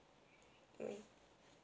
mm